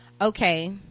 okay